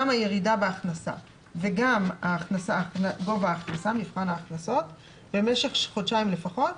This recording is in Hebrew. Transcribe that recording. גם הירידה בהכנסה וגם גובה ההכנסה במשך חודשיים לפחות.